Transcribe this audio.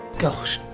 gosh,